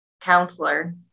counselor